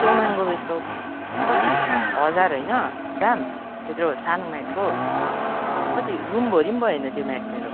कस्तो महँगो बेच्छौ कति हजार होइन दाम त्यत्रो सानो म्याटको कति रुमभरि पनि भएन त्यो म्याट मेरो